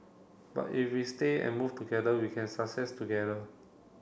but if we stay and move together we can success together